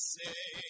say